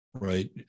Right